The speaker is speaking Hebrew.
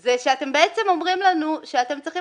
זה שאתם בעצם אומרים לנו שאתם צריכים